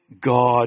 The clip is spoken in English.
God